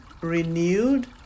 renewed